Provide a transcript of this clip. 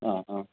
ആ ആ